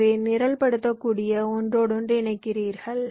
எனவே நிரல்படுத்தக்கூடிய ஒன்றோடொன்று இணைக்கிறீர்கள்